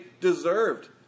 deserved